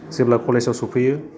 जेब्ला कलेजाव सफैयो